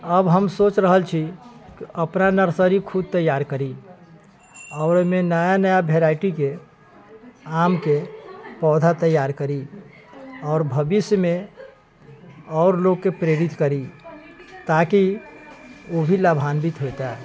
अब हम सोच रहल छी की अपना नर्सरी खुद तैयार करी आओर ओहिमे नया नया वेराइटीके आमके पौधा तैयार करी आओर भविष्यमे आओर लोगके प्रेरित करी ताकि ओ भी लाभान्वित होइता